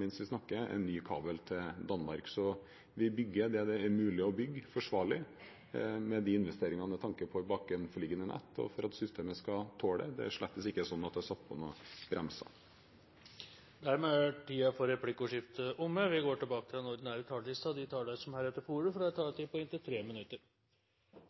mens vi snakker – en ny kabel til Danmark. Så vi bygger det det er mulig å bygge forsvarlig med de investeringene, med tanke på bakenforliggende nett og at systemet skal tåle det. Det er slett ikke sånn at det er satt på noen bremser. Replikkordskiftet er omme. De talere som heretter får ordet, har en taletid på inntil 3 minutter.